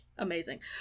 Amazing